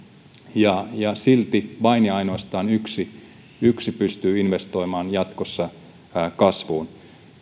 ja ja silti vain ja ainoastaan yksi yksi pystyy investoimaan jatkossa kasvuun